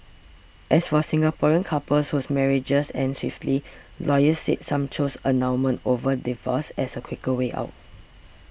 as for Singaporean couples whose marriages end swiftly lawyers said some choose annulment over divorce as a quicker way out